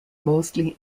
mostly